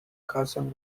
carson